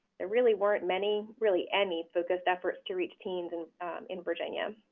there really weren't many, really any, focused efforts to reach teens and in virginia.